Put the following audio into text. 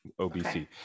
OBC